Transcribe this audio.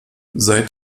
seit